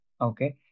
Okay